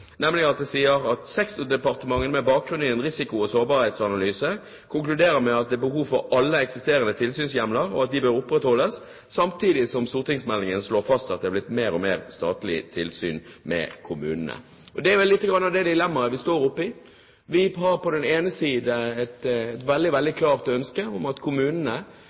nemlig: «Sektordepartementene har med bakgrunn i en risiko- og sårbarhetsanalyse konkludert med at det er behov for alle eksisterende tilsynshjemler, og at de derfor bør opprettholdes.» Samtidig sies det at stortingsmeldingen har slått fast at det er blitt mer og mer statlig tilsyn med kommunene. Det er noe av det dilemmaet vi står oppe i. Vi har på den ene side et veldig klart ønske om at kommunene